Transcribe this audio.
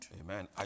Amen